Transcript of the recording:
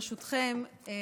ברשותכם,